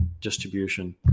distribution